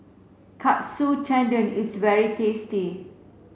Katsu Tendon is very tasty